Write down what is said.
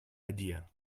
idea